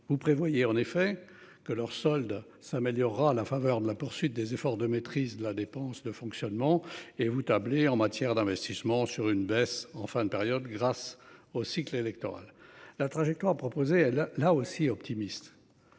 Vous prévoyez en effet que leur soldes s'améliorera la faveur de la poursuite des efforts de maîtrise de la dépense de fonctionnement et vous tablez en matière d'investissements sur une baisse en fin de période grâce au cycle électoral la trajectoire proposé elle là aussi optimiste.